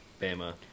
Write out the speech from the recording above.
Bama